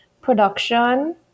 production